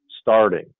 starting